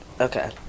Okay